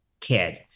kid